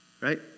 Right